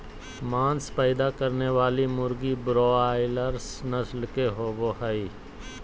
मांस पैदा करने वाली मुर्गी ब्रोआयालर्स नस्ल के होबे हइ